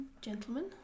gentlemen